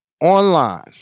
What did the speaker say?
online